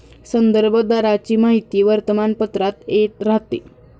संदर्भ दराची माहिती वर्तमानपत्रात येत राहते